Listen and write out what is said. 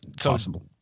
possible